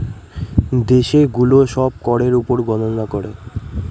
দেশে গুলো সব করের উপর গননা করে